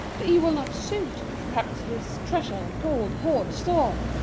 the e will not suit perhaps it is treasure, gold, hoard, store.